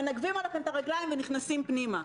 מנגבים עליכם את הרגליים ונכנסים פנימה.